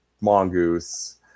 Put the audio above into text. Mongoose